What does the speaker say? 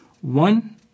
One